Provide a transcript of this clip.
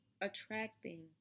attracting